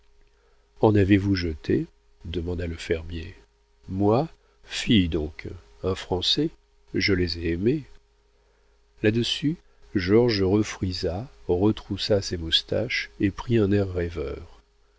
en avez-vous jeté demanda le fermier moi fi donc un français je les ai aimées là-dessus georges refrisa retroussa ses moustaches et prit un air rêveur